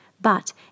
But